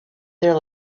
there